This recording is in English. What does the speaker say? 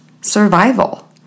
survival